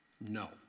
No